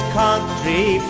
country